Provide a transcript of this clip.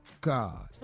God